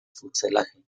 fuselaje